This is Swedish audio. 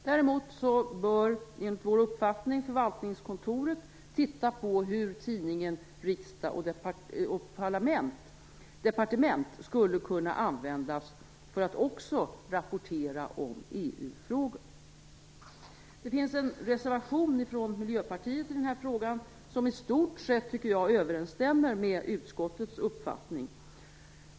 Däremot bör enligt vår uppfattning förvaltningskontoret gå igenom hur tidningen Från Riksdag & Departement skulle kunna användas för att också rappportera om EU-frågor. Det finns i den här frågan en reservation från Miljöpartiet, vilken jag tycker i stort överensstämmer med utskottets uppfattning.